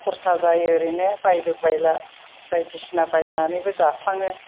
खरसा जायो ओरैनो बायलु बायला बायदिसिना बायनानैबो जाफ्लाङो